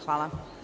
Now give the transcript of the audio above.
Hvala.